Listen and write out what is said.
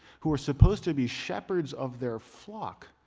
who were supposed to be shepherds of their flock,